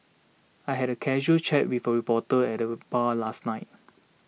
I had a casual chat with a reporter at the bar last night